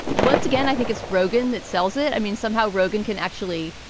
once again, i think it's rogen that sells it. i mean, somehow rogen can actually,